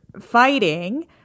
fighting